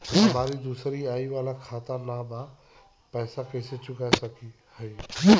हमारी दूसरी आई वाला खाता ना बा पैसा चुका सकत हई?